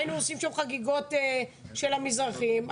היינו עושים שם חגיגות של מזרחיים.